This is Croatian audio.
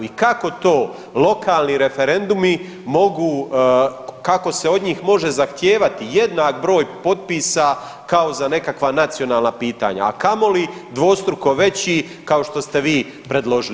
I kako to lokalni referendumi mogu, kako se od njih može zahtijevati jednak broj potpisa kao za nekakva nacionalna pitanja, a kamoli dvostruko veći kao što ste vi predložili.